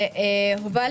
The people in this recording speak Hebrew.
אושרו.